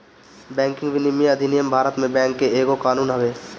banking विनियमन अधिनियम भारत में बैंक के एगो कानून हवे